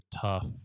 tough